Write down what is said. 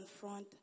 front